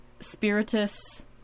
Spiritus